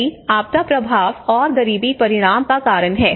यही आपदा प्रभाव और गरीबी परिणाम का कारण है